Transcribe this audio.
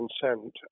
consent